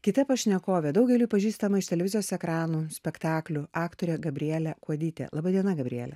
kita pašnekovė daugeliui pažįstama iš televizijos ekranų spektaklių aktorė gabrielė kuodytė laba diena gabriele